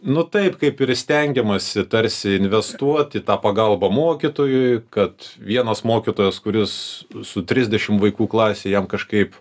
nu taip kaip ir stengiamasi tarsi investuot į tą pagalbą mokytojui kad vienas mokytojas kuris su trisdešim vaikų klasėje jam kažkaip